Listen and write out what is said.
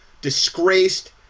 disgraced